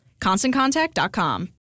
ConstantContact.com